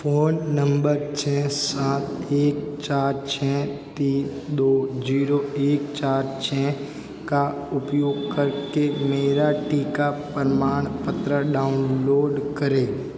phone number छः सात एक चार छः तीन दो जीरो एक चार छः का उपयोग करके मेरा टीका प्रमाणपत्र डाउनलोड करें